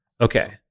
Okay